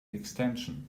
extension